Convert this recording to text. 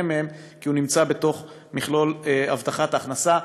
מהן כי הוא נמצא בתוך מכלול הבטחת הכנסה.